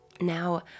now